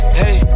hey